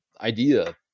idea